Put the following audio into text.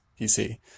PC